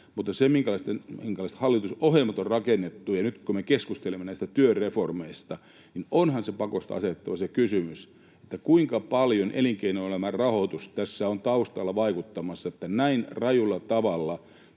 katsoo, minkälaiset hallitusohjelmat on rakennettu, ja nyt kun me keskustelemme näistä työreformeista, niin onhan pakosta asetettava se kysymys, että kuinka paljon elinkeinoelämän rahoitus on tässä taustalla vaikuttamassa, kun näin rajulla tavalla